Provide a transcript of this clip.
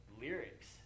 lyrics